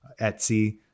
Etsy